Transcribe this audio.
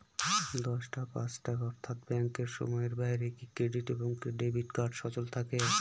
দশটা পাঁচটা অর্থ্যাত ব্যাংকের সময়ের বাইরে কি ক্রেডিট এবং ডেবিট কার্ড সচল থাকে?